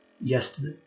yesterday